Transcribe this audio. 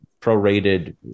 prorated